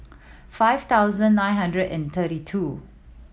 five thousand nine hundred and thirty two